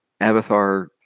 Abathar